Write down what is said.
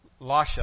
Lasha